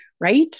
right